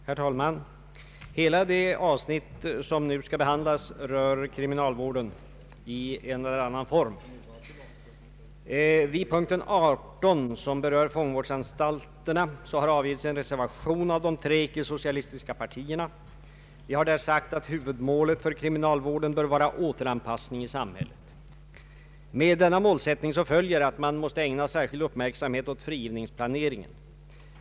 Herr talman! Stora delar av det avsnitt som nu skall behandlas rör kriminalvården i en eller annan form. Vid punkten 18, som berör fångvårdsanstalterna, har avgivits en reservation av de tre icke-socialistiska partierna. Vi har där sagt att huvudmålet för kriminalvården bör vara återanpassning i samhället. Med denna målsättning följer att man måste ägna särskild uppmärksamhet åt frigivningsplaneringen.